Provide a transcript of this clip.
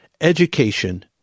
Education